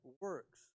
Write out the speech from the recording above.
works